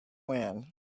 wind